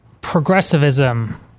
Progressivism